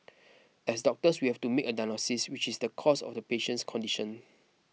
as doctors we have to make a diagnosis which is the cause of the patient's condition